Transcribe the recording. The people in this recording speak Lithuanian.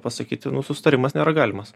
pasakyti nu susitarimas nėra galimas